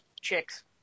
chicks